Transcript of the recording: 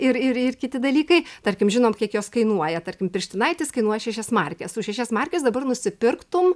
ir ir ir kiti dalykai tarkim žinom kiek jos kainuoja tarkim pirštinaitės kainuoja šešias markes už šešias markes dabar nusipirktum